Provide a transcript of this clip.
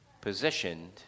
positioned